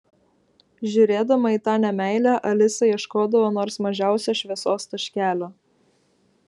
žiūrėdama į tą nemeilę alisa ieškodavo nors mažiausio šviesos taškelio